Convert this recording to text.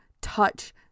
touch